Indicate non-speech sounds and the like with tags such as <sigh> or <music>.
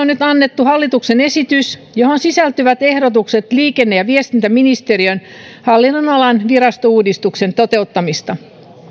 <unintelligible> nyt annettu hallituksen esitys johon sisältyvät ehdotukset liikenne ja viestintäministeriön hallinnonalan virastouudistuksen toteuttamisesta